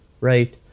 Right